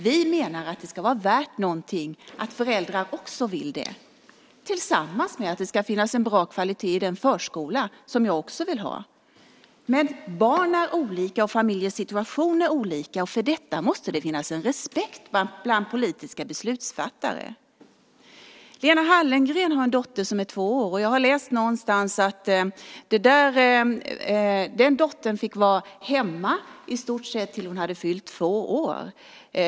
Vi menar att det ska vara värt någonting att föräldrar också vill det - detta jämte att det ska finnas en bra kvalitet i den förskola som jag vill ha. Men barn är olika, och familjesituationer är olika. För detta måste det finnas en respekt bland politiska beslutsfattare. Lena Hallengren har en dotter som är två år. Någonstans har jag läst att den dottern fick vara hemma i stort sett tills hon hade fyllt två år.